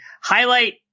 highlight